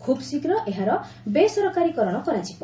ଖୁବ୍ ଶୀଘ୍ର ଏହାର ବେସରକାରୀକରଣ କରାଯିବ